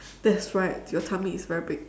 that's right your tummy is very big